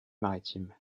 maritime